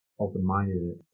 open-minded